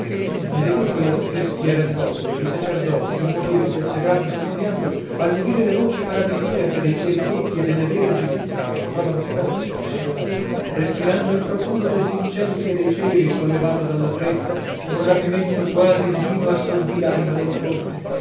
al veder quella doppia schiera di popolo e di sacerdoti che muoveva pel sagrato salmodiando all'udire le voci paradisiache dei chierichetti e delle vergini se ne trova ancora nelle processioni respirando il profumo degli incensi e dei ceri sollevato dalla brezza un rapimento quasi divino assorbì l'anima del conte